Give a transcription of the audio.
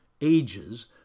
ages